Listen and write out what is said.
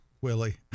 willie